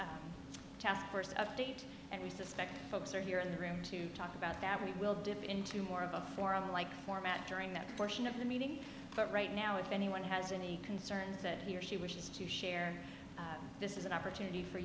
task force update and we suspect folks are here in the room to talk about that we will dip into more of a forum like format during that portion of the meeting but right now if anyone has any concerns that he or she wishes to share this is an opportunity for